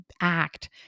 act